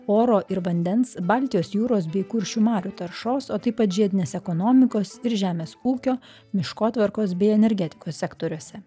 oro ir vandens baltijos jūros bei kuršių marių taršos o taip pat žiedinės ekonomikos ir žemės ūkio miškotvarkos bei energetikos sektoriuose